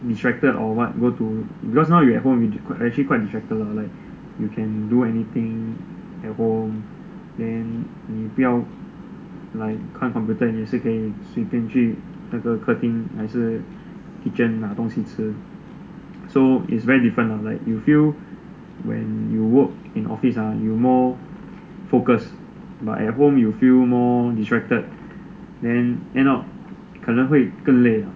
distracted or what go to because now you at home you are actually quite distracted ah you can do anything at home then 你不要 like 看 computer then 也是可以随便去那个客厅还是 kitchen 拿东西吃 so is very different like you feel when you work in office you more focus at home you feel more distracted then end up 可能会跟累 uh